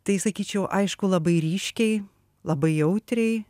tai sakyčiau aišku labai ryškiai labai jautriai